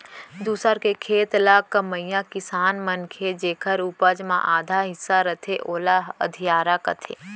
दूसर के खेत ल कमइया किसान मनखे जेकर उपज म आधा हिस्सा रथे ओला अधियारा कथें